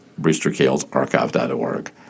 BrewsterKalesArchive.org